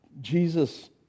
Jesus